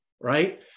right